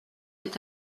est